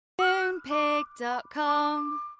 MoonPig.com